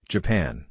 Japan